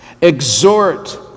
exhort